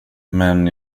men